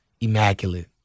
Immaculate